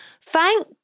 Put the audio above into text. thank